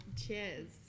Cheers